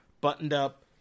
buttoned-up